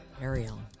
Ariel